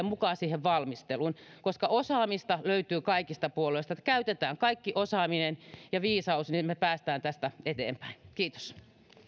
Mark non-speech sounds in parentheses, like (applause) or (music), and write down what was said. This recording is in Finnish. (unintelligible) mukaan siihen valmisteluun koska osaamista löytyy kaikista puolueista käytetään kaikki osaaminen ja viisaus niin me pääsemme tästä eteenpäin kiitos